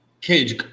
Cage